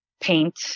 paint